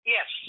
Yes